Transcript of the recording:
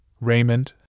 Raymond